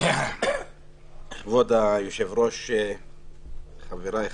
כבוד היושב-ראש, חבריי וחברותיי,